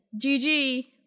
GG